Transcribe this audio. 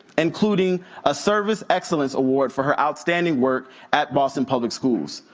including a service excellence award for her outstanding work at boston public schools,